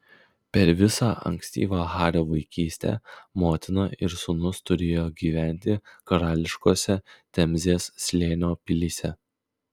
per visą ankstyvą hario vaikystę motina ir sūnus turėjo gyventi karališkose temzės slėnio pilyse